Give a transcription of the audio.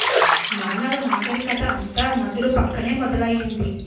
మానవ నాగరికత అంతా నదుల పక్కనే మొదలైంది